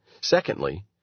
Secondly